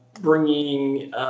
bringing